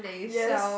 yes